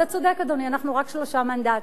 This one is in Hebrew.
אתה צודק, אדוני, אנחנו רק שלושה מנדטים,